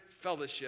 fellowship